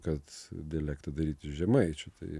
kad dialektą daryti žemaičių tai